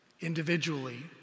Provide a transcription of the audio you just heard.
Individually